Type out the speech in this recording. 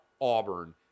Auburn